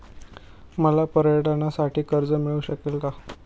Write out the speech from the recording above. मला पर्यटनासाठी कर्ज मिळू शकेल का?